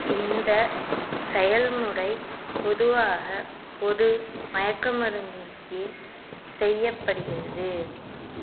இந்த செயல்முறை பொதுவாக பொது மயக்க மருந்தின் கீழ் செய்யப்படுகிறது